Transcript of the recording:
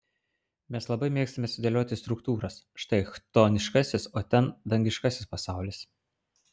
mes labai mėgstame sudėlioti struktūras štai chtoniškasis o ten dangiškasis pasaulis